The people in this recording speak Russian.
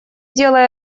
делай